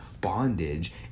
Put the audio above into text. bondage